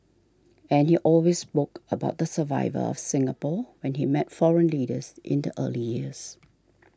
and he always spoke about the survival of Singapore when he met foreign leaders in the early years